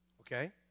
Okay